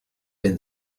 been